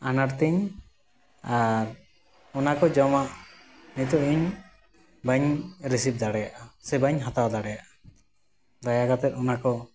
ᱟᱱᱟᱴᱛᱤᱧ ᱟᱨ ᱚᱱᱟᱠᱚ ᱡᱚᱢᱟᱜ ᱱᱤᱛᱚᱜ ᱤᱧ ᱵᱟᱹᱧ ᱨᱤᱥᱤᱵᱽ ᱫᱟᱲᱮᱭᱟᱜᱼᱟ ᱥᱮ ᱵᱟᱹᱧ ᱦᱟᱛᱟᱣ ᱫᱟᱲᱮᱭᱟᱜᱼᱟ ᱫᱟᱭᱟ ᱠᱟᱛᱮᱫ ᱚᱱᱟᱠᱚ